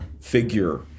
figure